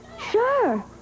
Sure